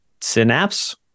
synapse